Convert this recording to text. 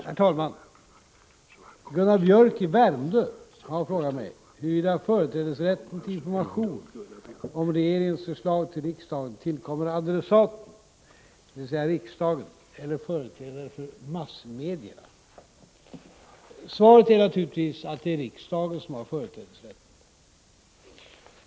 Herr talman! Gunnar Biörck i Värmdö har frågat mig huruvida företrädesrätten till information om regeringens förslag till riksdagen tillkommer adressaten, dvs. riksdagen, eller företrädare för massmedierna. Svaret är naturligtvis att det är riksdagen som har företrädesrätten.